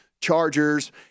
Chargers